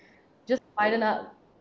just widen up